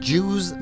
Jews